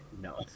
No